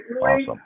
awesome